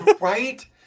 Right